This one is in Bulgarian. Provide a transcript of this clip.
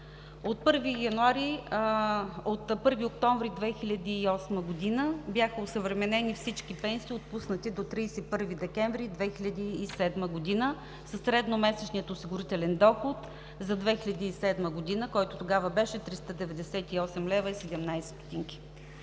От 1 октомври 2008 г. бяха осъвременени всички пенсии, отпуснати до 31 декември 2007 г., със средномесечния осигурителен доход за 2007 г., който тогава беше 398 лв. и 17 ст.